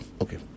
Okay